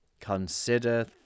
consider